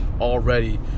already